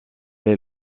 est